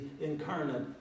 incarnate